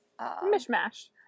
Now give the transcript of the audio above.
mishmash